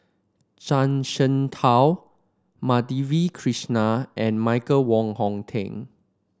Zhuang Shengtao Madhavi Krishnan and Michael Wong Hong Teng